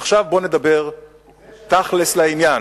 עכשיו בוא נדבר תכל'ס, לעניין.